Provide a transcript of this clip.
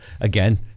again